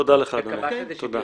וקבע שזה שוויוני.